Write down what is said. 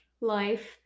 life